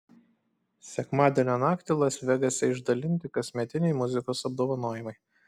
sekmadienio naktį las vegase išdalinti kasmetiniai muzikos apdovanojimai